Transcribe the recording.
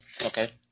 Okay